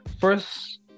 First